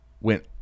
went